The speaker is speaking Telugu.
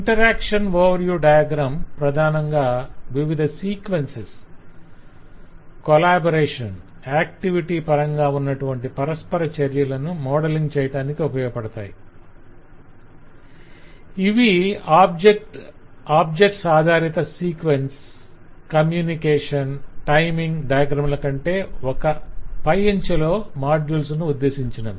ఇంటెరాక్షన్ ఓవర్వ్యూ డయాగ్రమ్స్ ప్రధానంగా వివిధ సీక్వెన్సెస్ కోలాబొరేషన్స్ యాక్టివిటీ పరంగా ఉన్నటువంటి పరస్పర చర్యలను మోడలింగ్ చేయటానికి ఉపయోగపడతాయి - ఇవి ఆబ్జెక్ట్స్ ఆధారిత సీక్వెన్స్ కమ్యూనికేషన్ టైమింగ్ డయాగ్రంలకంటే ఒక పై అంచెలో మాడ్యూల్స్ ను ఉద్దేశించినవి